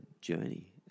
journey